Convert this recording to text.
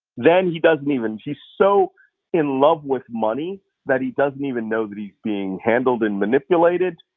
then he doesn't even, he's so in love with money that he doesn't even know that he's being handled and manipulated.